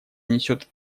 несет